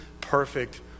perfect